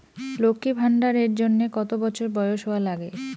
লক্ষী ভান্ডার এর জন্যে কতো বছর বয়স হওয়া লাগে?